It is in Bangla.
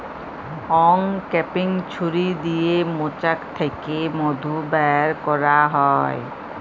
অংক্যাপিং ছুরি দিয়ে মোচাক থ্যাকে মধু ব্যার ক্যারা হয়